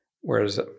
whereas